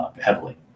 heavily